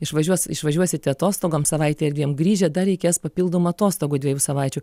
išvažiuos išvažiuosite atostogoms savaitei ar dviem grįžę dar reikės papildomų atostogų dviejų savaičių